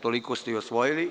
Tolio ste i osvojili.